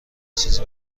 چیزی